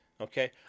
Okay